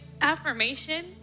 affirmation